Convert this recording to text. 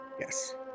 Yes